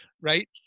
Right